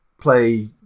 play